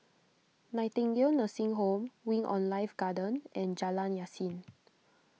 Nightingale Nursing Home Wing on Life Garden and Jalan Yasin